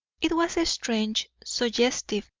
it was a strange, suggestive,